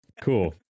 Cool